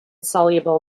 soluble